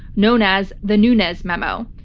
known as the nunes memo.